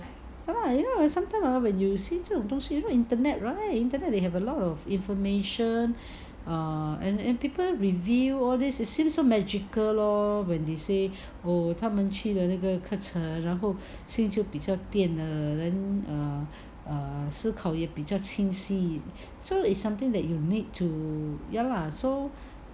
you know sometime when you see 这种东西 you know internet right internet they have a lot of information err and and people review all this it seems so magical lor when they say oh 他们去的那个课程然后新就比较变得 err err 试了比较轻喜 so is something that you need to ya lah so